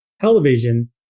television